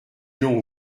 l’on